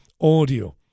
audio